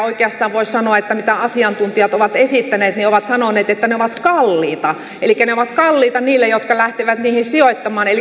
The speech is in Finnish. oikeastaan voisi sanoa että asiantuntijat ovat esittäneet ovat sanoneet että ne ovat kalliita elikkä ne ovat kalliita niille jotka lähtevät niihin sijoittamaan